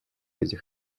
этих